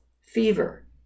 fever